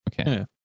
Okay